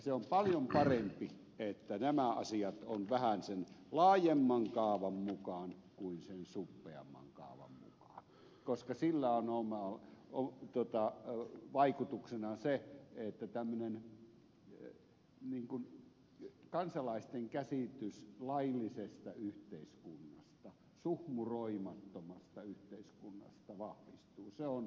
se on paljon parempi että nämä asiat ovat vähän sen laajemman kaavan mukaan kuin sen suppeamman kaavan mukaan koska sillä on vaikutuksena se että tämmöinen kansalaisten käsitys laillisesta yhteiskunnasta suhmuroimattomasta yhteiskunnasta vahvistuu